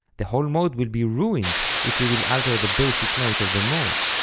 the whole mode will be ruined if we will alter the basic note of the mode.